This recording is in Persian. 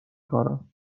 کارم